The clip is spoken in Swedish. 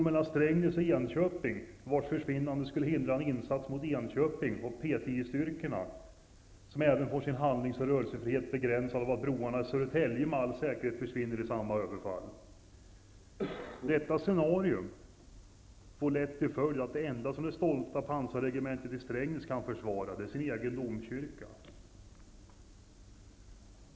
Mellan Strängnäs och Enköping finns det en bro, vars försvinnande skulle hindra en insats mot Enköping av P 10-styrkorna, som även får sin handlings och rörelsefrihet begränsad av att broarna i Södertälje med all sannolikhet försvinner vid ett strategiskt överfall. Detta scenarium får lätt till följd att det enda som det stolta pansarregementet i Strängnäs kan försvara är Strängnäs egen domkyrka.